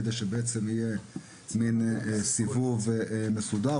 כדי שבעצם יהיה מן סיבוב מסודר,